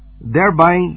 thereby